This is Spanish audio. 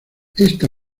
esta